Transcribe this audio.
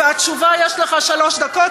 לתשובה יש לך שלוש דקות,